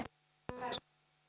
puhemies suomen